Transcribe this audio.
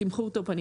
תמחור תוקפני,